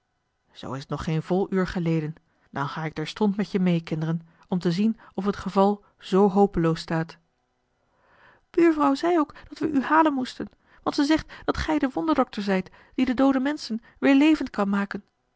zoo is t nog geen vol uur geleden dan ga ik terstond met je meê kinderen om te zien of het geval z hopeloos staat buurvrouw zeî ook dat we u halen moesten want ze zegt dat gij de wonderdokter zijt die de doode menschen weêr levend kan maken